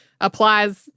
applies